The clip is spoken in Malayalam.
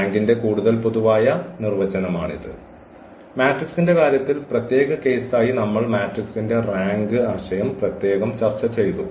റാങ്കിന്റെ കൂടുതൽ പൊതുവായ നിർവചനമാണിത് മാട്രിക്സിന്റെ കാര്യത്തിൽ പ്രത്യേക കേസ് ആയി നമ്മൾ മാട്രിക്സിന്റെ റാങ്ക് ആശയം പ്രത്യേകം ചർച്ച ചെയ്തു